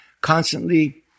constantly